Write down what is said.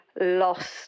lost